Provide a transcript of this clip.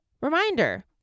Reminder